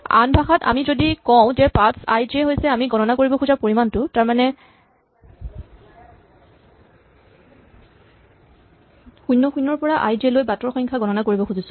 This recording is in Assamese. আন ভাষাত আমি যদি কওঁ যে পাথছআই জে হৈছে আমি গণনা কৰিব খোজা পৰিমাণটো তাৰমানে আমি ০ ০ ৰ পৰা আই জে লৈ বাটৰ সংখ্যা গণনা কৰিব খুজিছো